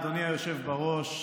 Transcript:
אדוני היושב בראש,